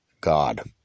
God